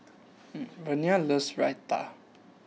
Vernia loves Raita